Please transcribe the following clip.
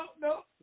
no